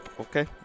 Okay